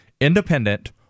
independent